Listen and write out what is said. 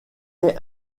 est